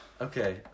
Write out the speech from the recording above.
Okay